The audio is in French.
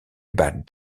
bad